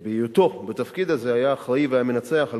ובהיותו בתפקיד הזה היה האחראי והמנצח על